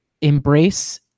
embrace